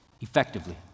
effectively